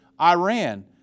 Iran